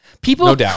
People